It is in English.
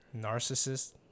Narcissist